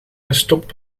gestopt